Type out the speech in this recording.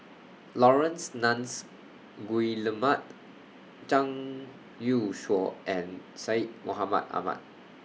Laurence Nunns Guillemard Zhang Youshuo and Syed Mohamed Ahmed